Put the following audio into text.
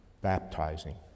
baptizing